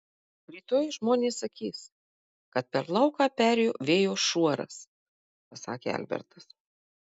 rytoj žmonės sakys kad per lauką perėjo vėjo šuoras pasakė albertas